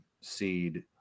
seed